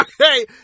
Okay